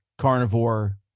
carnivore